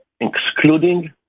excluding